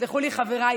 ויסלחו לי חבריי,